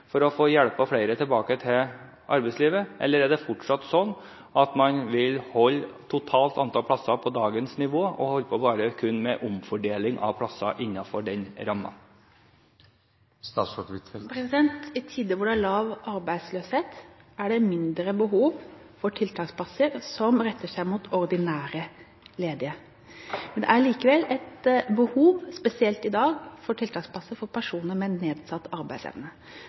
for å få hjulpet flere tilbake til arbeidslivet? Eller er det fortsatt sånn at man vil holde det totale antall plasser på dagens nivå og bare holde på med omfordeling av plasser innenfor den rammen? I tider hvor det er lav arbeidsløshet, er det mindre behov for tiltaksplasser som retter seg mot ordinære ledige. Men det er likevel et behov, spesielt i dag, for tiltaksplasser for personer med nedsatt arbeidsevne.